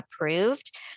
approved